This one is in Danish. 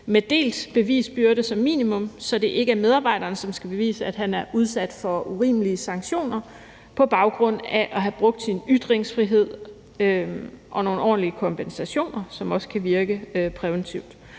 med delt bevisbyrde som minimum, så det ikke er medarbejderen, som skal bevise, at han er udsat for urimelige sanktioner på baggrund af at have brugt sin ytringsfrihed, og nogle ordentlige kompensationer, som også kan virke præventivt.